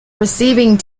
receiving